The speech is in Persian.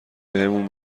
بهمون